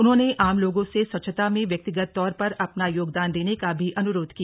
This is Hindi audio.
उन्होंने आम लोगों से स्वच्छता में व्यक्तिगत तौर पर अपना योगदान देने का भी अनुरोध किया